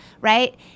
right